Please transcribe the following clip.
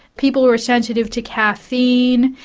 people who are sensitive to caffeine,